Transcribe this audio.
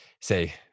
say